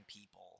people